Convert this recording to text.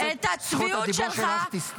זכות הדיבור שלך תסתיים.